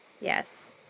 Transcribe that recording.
Yes